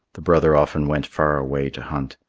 the brother often went far away to hunt.